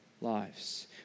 lives